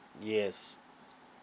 yes